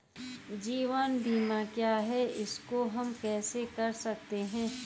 जीवन बीमा क्या है इसको हम कैसे कर सकते हैं?